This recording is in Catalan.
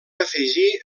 afegí